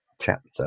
chapter